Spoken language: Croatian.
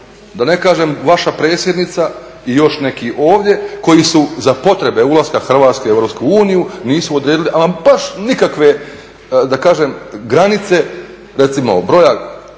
da ne kažem vaša predsjednica i još neki ovdje koji su za potrebe ulaska Hrvatske u EU nisu odredili ama baš nikakve da kažem granice recimo broj